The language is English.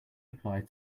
applies